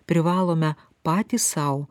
privalome patys sau